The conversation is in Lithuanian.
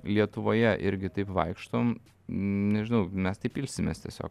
lietuvoje irgi taip vaikštom nežinau mes taip ilsimės tiesiog